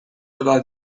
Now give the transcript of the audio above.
dalla